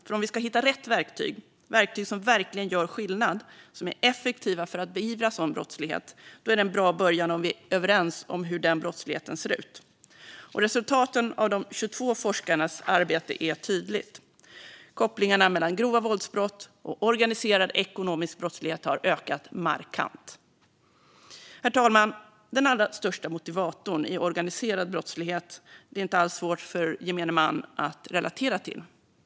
För om vi ska hitta rätt verktyg, som verkligen gör skillnad och är effektiva för att beivra sådan brottslighet, är det en bra början om vi är överens om hur den brottsligheten ser ut. Resultaten av de 22 forskarnas arbete är tydligt. Kopplingarna mellan grova våldsbrott och organiserad ekonomisk brottslighet har ökat markant. Herr talman! Den allra största motivatorn i organiserad brottslighet är inte alls svår för gemene man att relatera till.